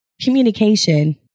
communication